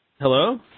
Hello